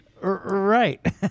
Right